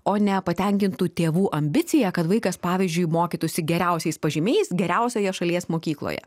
o ne patenkintų tėvų ambicija kad vaikas pavyzdžiui mokytųsi geriausiais pažymiais geriausioje šalies mokykloje